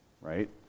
Right